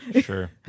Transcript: Sure